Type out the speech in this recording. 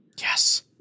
Yes